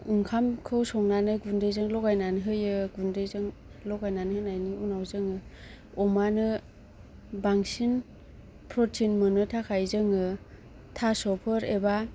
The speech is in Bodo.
ओंखामखौ संनानै गुन्दैजों लगायनानै होयो गुन्दैजों लगायनानै होनायनि उनाव जोङो अमानो बांसिन प्रटिन मोननो थाखाय जोङो थास'फोर एबा